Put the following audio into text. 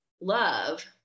love